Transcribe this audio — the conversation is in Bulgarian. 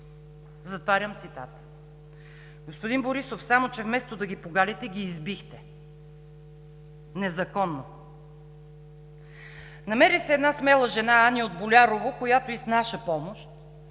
Затварям цитата. Господин Борисов, само че вместо да ги погалите, ги избихте – незаконно! Намери се една смела жена – Ани от Болярово, която и с наша помощ